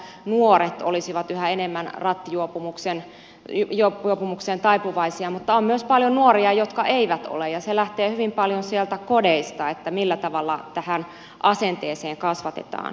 täällä on sanottu että nuoret olisivat yhä enemmän rattijuopumukseen taipuvaisia mutta on myös paljon nuoria jotka eivät ole ja se lähtee hyvin paljon sieltä kodeista millä tavalla tähän asenteeseen kasvatetaan